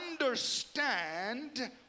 understand